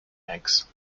eggs